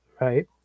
right